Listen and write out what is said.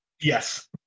Yes